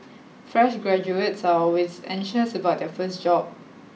fresh graduates are always anxious about their first job